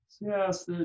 yes